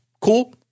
Cool